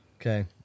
Okay